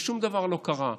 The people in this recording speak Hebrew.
ושום דבר לא קרה.